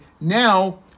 Now